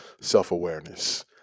self-awareness